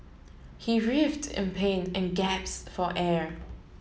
he writhed in pain and gasped for air